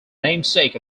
namesake